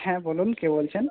হ্যাঁ বলুন কে বলছেন